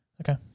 okay